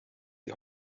die